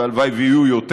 והלוואי שיהיה יותר,